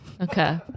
Okay